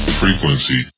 frequency